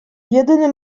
jedyny